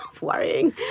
worrying